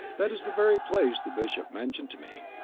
that is the very place the bishop mentioned to me.